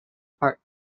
park